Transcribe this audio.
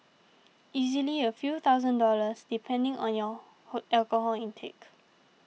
easily a few thousand dollars depending on your hook alcohol intake